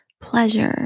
pleasure